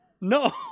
No